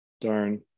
Darn